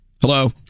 Hello